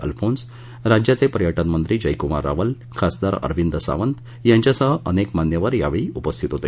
अल्फोन्स राज्याचे पर्यटन मंत्री जयक्मार रावल खासदार अरविंद सावंत यांच्यासह अनेक मान्यवर यावेळी उपस्थित होते